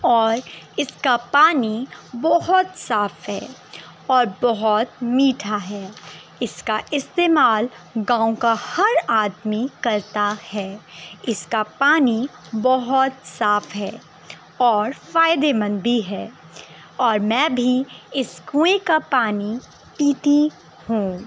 اور اس کا پانی بہت صاف ہے اور بہت میٹھا ہے اس کا استعمال گاؤں کا ہر آدمی کرتا ہے اس کا پانی بہت صاف ہے اور فائدے مند بھی ہے اور میں بھی اس کنویں کا پانی پیتی ہوں